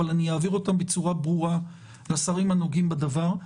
אבל אעביר אותו בצורה ברורה לשרים הנוגעים בדבר.